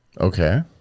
Okay